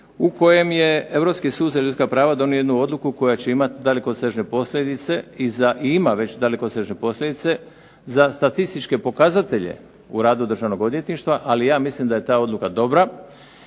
u kojem je Europski sud za ljudska prava donio jednu odluku koja će imati dalekosežne posljedice i ima već dalekosežne posljedice za statističke pokazatelje u radu Državnog odvjetništva, ali ja mislim da je ta odluka dobra